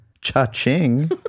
Cha-ching